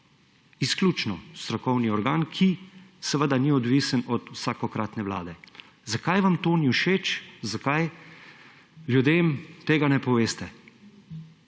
Izključno strokovni organ, ki seveda ni odvisen od vsakokratne vlade. Zakaj vam to ni všeč, zakaj ljudem tega ne poveste?